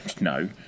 no